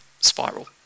spiral